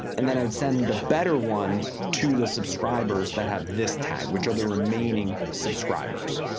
and then i'd send the better one to the subscribers that have this tag, which are the remaining subscribers.